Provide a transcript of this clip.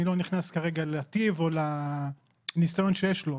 אני לא נכנס כרגע לטיב או לניסיון שיש לו.